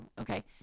okay